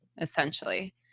essentially